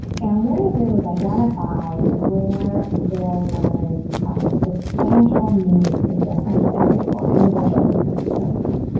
and what it did was identified where their words um so so fanjul needs and different says for individuals with disabilities.